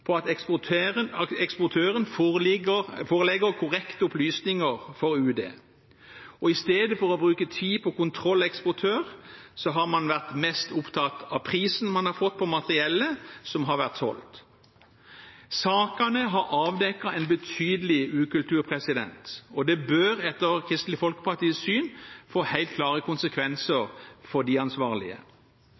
på at eksportøren forelegger korrekte opplysninger for Utenriksdepartementet. I stedet for å bruke tid på kontroll av eksportør har man vært mest opptatt av prisen man har fått for materiellet som har vært solgt. Sakene har avdekket en betydelig ukultur, og det bør etter Kristelig Folkepartis syn få helt klare konsekvenser for de ansvarlige.